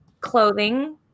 clothing